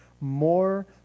more